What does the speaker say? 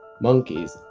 Monkeys